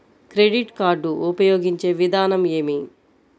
Credit card ఉపయోగించే విధానం ఏమి?